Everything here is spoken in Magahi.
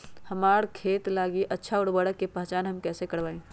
हमार खेत लागी अच्छा उर्वरक के पहचान हम कैसे करवाई?